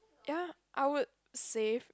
ya I would save